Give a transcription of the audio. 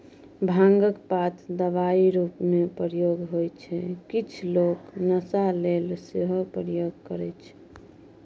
भांगक पात दबाइ रुपमे प्रयोग होइ छै किछ लोक नशा लेल सेहो प्रयोग करय छै